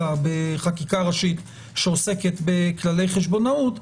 בחקיקה ראשית שעוסקת בכללי חשבונאות,